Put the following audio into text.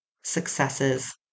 successes